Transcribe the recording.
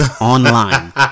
online